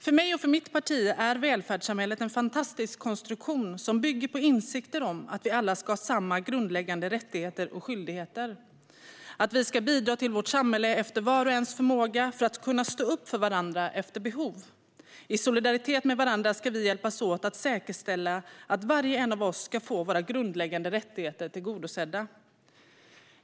För mig och för mitt parti är välfärdssamhället en fantastisk konstruktion som bygger på insikten om att vi alla ska ha samma grundläggande rättigheter och skyldigheter och att vi ska bidra till vårt samhälle efter vars och ens förmåga för att kunna stå upp för varandra efter behov. I solidaritet med varandra ska vi hjälpas åt att säkerställa att var och en av oss ska få våra grundläggande rättigheter tillgodosedda.